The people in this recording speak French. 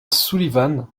sullivan